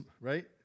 right